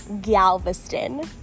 Galveston